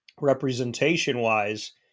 representation-wise